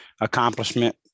accomplishment